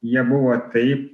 jie buvo taip